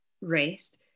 rest